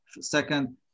second